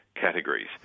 categories